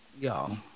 Y'all